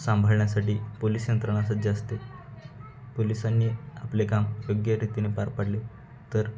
सांभाळण्यासाठी पोलिस यंत्रणा सज्ज असते पोलिसांनी आपले काम योग्यरीतीने पार पाडले तर